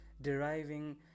deriving